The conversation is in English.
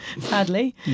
sadly